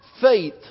faith